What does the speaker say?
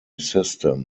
system